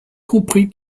comprit